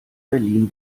berlin